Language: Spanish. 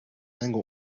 tengo